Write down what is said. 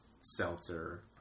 seltzer